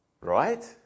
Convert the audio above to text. Right